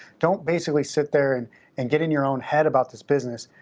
don't basically sit there and get in your own head about this business.